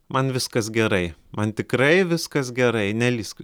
man viskas gerai man tikrai viskas gerai nelįsk